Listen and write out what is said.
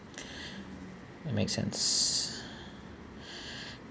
it makes sense